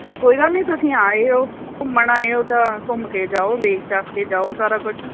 ਅਤੇ ਕੋਈ ਗੱਲ ਨਹੀਂ ਤੁਸੀਂ ਆਇਓ ਘੁੰਮਣ ਆਇਓ ਤਾਂ ਘੁੰਮ ਕੇ ਜਾਓ ਵੇਖ ਚਾਖ ਕੇ ਜਾਓ ਸਾਰਾ ਕੁਛ